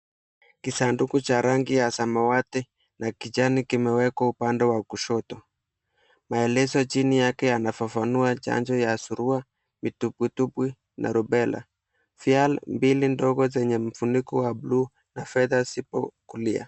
Kisanduku cha rangi ya samawati na kijani kimewekwa upande wa kushoto maelezo chini yake yanafafanua chanjo ya suruwa, vitupwitupwi na rubella vial mbili ndogo zenye vifuniko wa blu na fedha zipo kulia.